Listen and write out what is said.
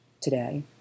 today